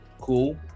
cool